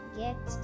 get